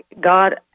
God